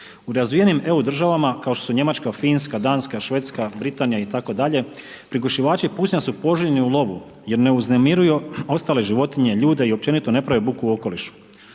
U razvijenim EU državama kao što su Njemačka, Finska, Danska, Švedska, Britanija itd. prigušivači pucnja su poželjni u lovu jer ne uznemiruju ostale životinje, ljude i općenito ne prave budu u okolišu.